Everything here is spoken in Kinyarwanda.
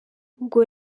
ubwo